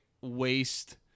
waste